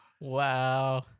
Wow